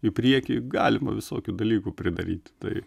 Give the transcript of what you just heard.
į priekį galima visokių dalykų pridaryt tai